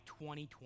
2020